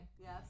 Yes